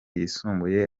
yisumbuye